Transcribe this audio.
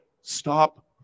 stop